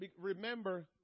Remember